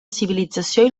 civilització